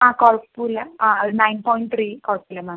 ആ കുഴപ്പം ഇല്ല ആ ഒരു നൈൻ പോയിന്റ് ത്രീ കുഴപ്പം ഇല്ല മാം